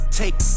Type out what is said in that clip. take